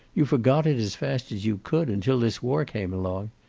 you forgot it as fast as you could, until this war came along.